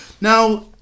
Now